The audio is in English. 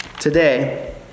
today